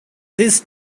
this